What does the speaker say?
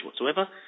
whatsoever